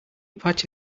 patch